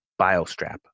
BioStrap